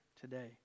today